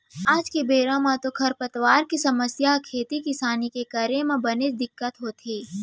आज के बेरा म तो खरपतवार के समस्या ह खेती किसानी के करे म बनेच दिक्कत होथे